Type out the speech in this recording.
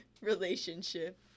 relationship